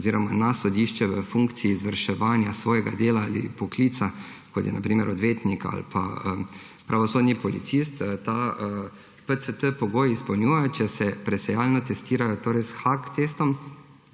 pridejo na sodišče v funkciji izvrševanja svojega dela ali poklica, kot je na primer odvetnik ali pa pravosodni policist, ta PCT pogoj izpolnjuje, če se presejalno testiran s hitrim